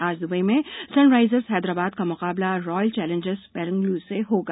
आज दुबई में सनराइजर्स हैदराबाद का मुकाबला रॉयल चौलेंजर्स बंगलुरू से होगा